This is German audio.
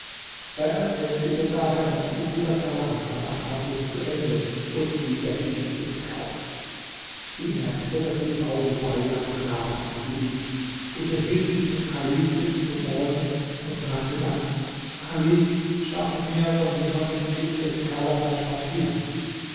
er erzählte ihr daher was ihm widerfahren von anfang bis zu ende und wie er die kiste gekauft sie merkte daß die frau subeida verrat an ihr geübt unterhielt sich mit chalif bis zum morgen und sagte dann chalif schaffe mir von jemandem tinte kalam und papier